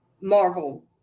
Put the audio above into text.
Marvel